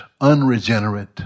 unregenerate